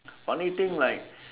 funny thing like